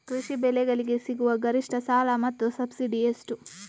ಕೃಷಿ ಬೆಳೆಗಳಿಗೆ ಸಿಗುವ ಗರಿಷ್ಟ ಸಾಲ ಮತ್ತು ಸಬ್ಸಿಡಿ ಎಷ್ಟು?